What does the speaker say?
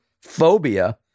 phobia